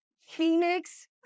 phoenix